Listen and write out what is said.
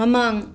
ꯃꯃꯥꯡ